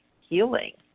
healing